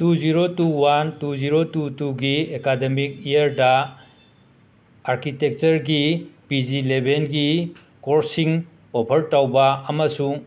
two zero two one two zero two ꯇꯨꯒꯤ academic ꯏꯌꯔꯗ ꯑꯥꯔꯀꯤꯇꯦꯛꯆꯔꯒꯤ ꯄꯤ ꯖꯤ ꯂꯦꯕꯦꯟꯒꯤ ꯀꯣꯔꯁꯁꯤꯡ ꯑꯣꯐꯔ ꯇꯧꯕ ꯑꯃꯁꯨꯡ